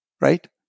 right